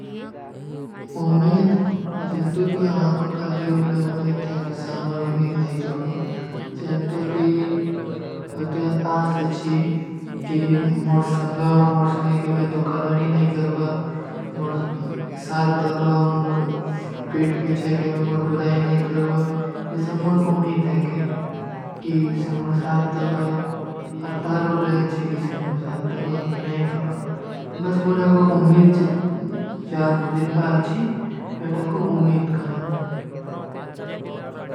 ଉମ୍ମୀଦ, ଜିନ୍ଟୋ କୀ ହମାଁ କୋ କାରୀ ଉପରେ ଉମ୍ମୀଦ ଥାଈ କିସେ, ହମାର ଉମ୍ମୀଦ ନହୀଂ ତୋଡଵା। ଜିନ୍ଟୋ କୀ ମତେ ଆସ ଅଚ୍ଛୀ କି ମୁର ସଂଗ, ମୁର ସଂଗେ କେଵେ ଦୋଖାଦାରୀ ନହୀଂ କରଵା। ମୁର ସାଥ ଦଵା, ମୁର ପୀଟ ପୀଛେ କେଵେ ମୁର ବୁରାଈ ନହୀଂ କରଵା। ଇସମେଂ ମୁର ଉମ୍ମୀଦ ହୈ କିସେ ମୁର ସାଥ ଦଵା। ଅପତାର ଉପରେ ଅଚ୍ଛୀ କିସେ ମୁର ସାଥ ଦଵା, କିନାଈ ଦଵା। ବସ ମୁରା କୋ ଉମ୍ମୀଦ ଜିନ୍ଦା ଅଚ୍ଛୀ, ହରତା କୋ ଉମ୍ମୀଦ କହାନ।